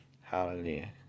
hallelujah